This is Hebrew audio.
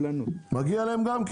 מגיע להם גם.